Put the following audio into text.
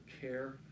care